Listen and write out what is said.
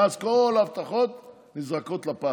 ואז כל ההבטחות נזרקות לפח.